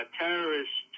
terrorists